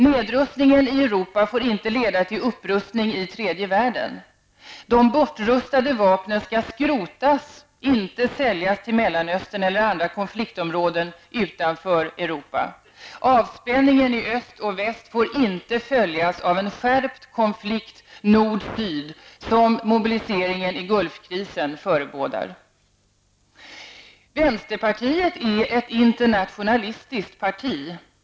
Nedrustningen i Europa får inte leda till upprustning i tredje världen. De bortrustade vapnen skall skrotas, inte säljas till Mellanöstern eller andra konfliktområden utanför Europa. Avspänningen öst-- väst får inte följas av en skärpt konflikt nord--syd, som mobiliseringen i Gulfkrisen förebådar. Vänsterpartiet är ett internationalistiskt parti.